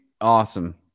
Awesome